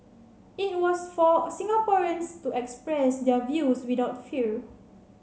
it was for Singaporeans to express their views without fear